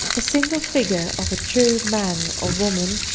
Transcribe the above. a single figure of a true man or woman,